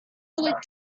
bullet